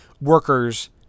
workers